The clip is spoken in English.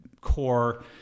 core